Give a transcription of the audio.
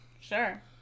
Sure